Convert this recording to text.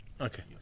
Okay